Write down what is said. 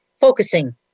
focusing